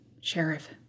Sheriff